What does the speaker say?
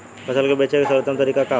फसल के बेचे के सर्वोत्तम तरीका का होला?